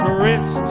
wrist